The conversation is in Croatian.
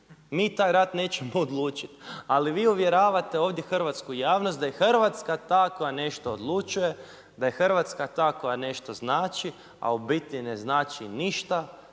Mi taj rat nećemo odlučiti, ali vi uvjerite ovdje hrvatsku javnost da je Hrvatska ta koja nešto odlučuje, da je Hrvatska ta koja nešto znači, a u biti ne znači ništa